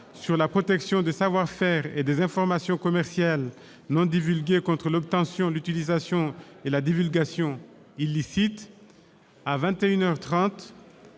sur la protection des savoir-faire et des informations commerciales non divulgués contre l'obtention, l'utilisation et la divulgation illicites (n° 388,